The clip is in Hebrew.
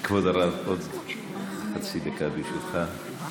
כבוד הרב, עוד חצי דקה, ברשותך.